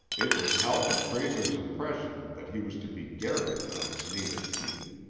it was halpin frayser's impression that he was to be garroted on his native heath.